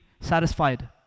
satisfied